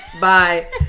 Bye